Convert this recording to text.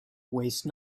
waste